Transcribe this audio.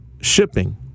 shipping